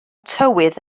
tywydd